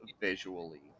visually